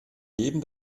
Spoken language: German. heben